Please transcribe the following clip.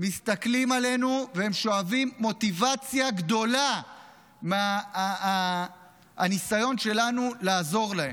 מסתכלים עלינו והם שואבים מוטיבציה גדולה מהניסיון שלנו לעזור להם.